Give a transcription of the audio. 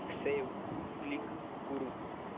save click कुरु